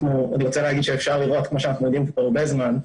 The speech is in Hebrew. כמו שאנחנו יודעים כבר הרבה זמן,